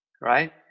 right